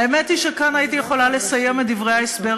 האמת היא שכאן הייתי יכולה לסיים את דברי ההסבר,